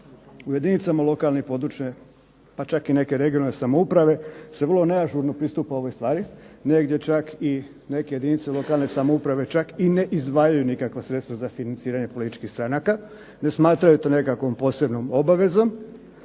u jedinicama i područne pa čak i neke regionalne samouprave se se vrlo neažurno pristupa ovoj stvari, negdje čak i neke jedinice lokalne samouprave čak i ne izdvajaju nikakva sredstva za financiranje političkih stranaka, ne smatraju to posebnom nekakvom obavezom.